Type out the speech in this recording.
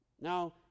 now